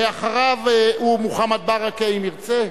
אחריו, מוחמד ברכה, אם ירצה,